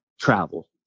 travel